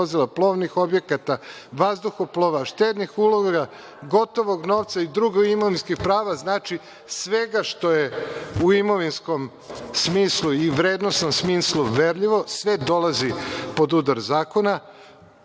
plovnih objekata, vazduhoplova, štednih uloga, gotovog novca i drugih imovinskih prava. Znači, svega što je u imovinskom i vrednosnom smislu uverljivo, sve dolazi pod udar zakona. Ko